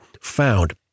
found